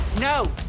No